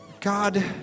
God